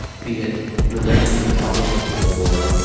be it related to the troubles or